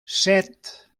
set